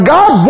God